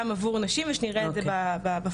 גם עבור נשים ושנראה את זה בפועל.